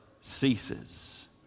ceases